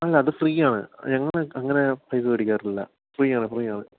അല്ല അത് ഫ്രീയാണ് ഞങ്ങള് അങ്ങനെ പൈസ മേടിക്കാറില്ല ഫ്രീയാണ് ഫ്രീയാണ്